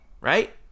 right